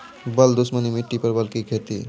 बल दुश्मनी मिट्टी परवल की खेती?